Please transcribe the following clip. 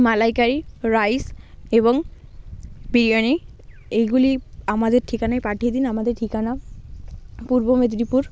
মালাইকারি rice এবং বিরিয়ানি এইগুলি আমাদের ঠিকানায় পাঠিয়ে দিন আমাদের ঠিকানা পূর্ব মেদিনীপুর